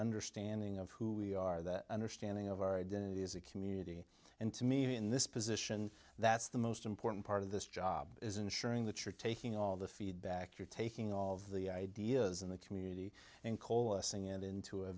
understanding of who we are that understanding of our identity as a community and to me in this position that's the most important part of this job is ensuring that you're taking all the feedback you're taking all of the ideas in the community in cola saying it into a